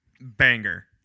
Banger